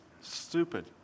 stupid